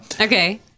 Okay